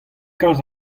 kalz